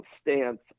stance